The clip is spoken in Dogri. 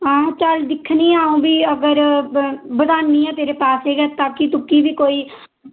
हां चल दिक्खनी आं अ'ऊं भींअगर बधान्नी आं तेरे पैसे तां जे तुगी बी कोई